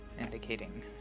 indicating